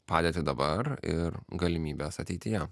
padėtį dabar ir galimybes ateityje